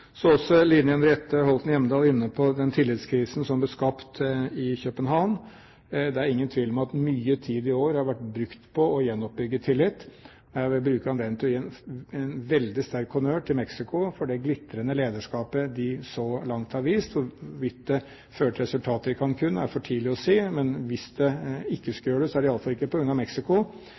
Så var også Line Henriette Hjemdal inne på den tillitskrisen som ble skapt i København. Det er ingen tvil om at mye tid i år har vært brukt på å gjenoppbygge tillit. Jeg vil bruke anledningen til å gi en veldig sterk honnør til Mexico for det glitrende lederskapet de så langt har vist. Hvorvidt det fører til resultater i Cancún, er for tidlig å si. Men hvis det ikke skulle gjøre det, er det iallfall ikke på